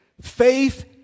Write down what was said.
faith